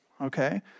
okay